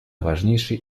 важнейшие